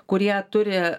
kurie turi